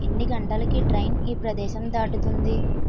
ఎన్ని గంటలికి ట్రైన్ ఈ ప్రదేశం దాటుతుంది